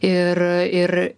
ir ir